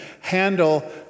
handle